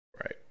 Right